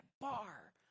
bar